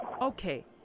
Okay